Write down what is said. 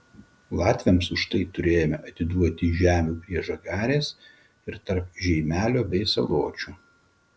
latviams už tai turėjome atiduoti žemių prie žagarės ir tarp žeimelio bei saločių